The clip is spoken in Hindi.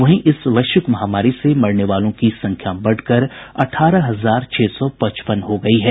वहीं इस वैश्विक महामारी से मरने वालों की संख्या बढ़कर अठारह हजार छह सौ पचपन हो गई है